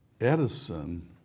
Edison